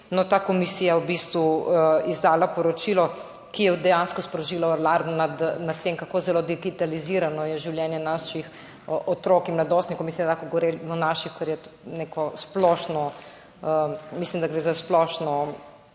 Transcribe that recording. je v bistvu izdala poročilo, ki je dejansko sprožilo alarm glede tega, kako zelo digitalizirano je življenje naših otrok in mladostnikov. Mislim, da bi lahko